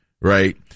right